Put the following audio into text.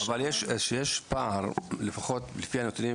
כשיש פער, לפחות לפי הנתונים